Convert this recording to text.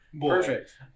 Perfect